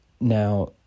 Now